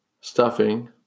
stuffing